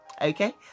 okay